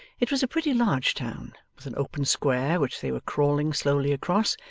it was a pretty large town, with an open square which they were crawling slowly across,